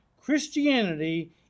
Christianity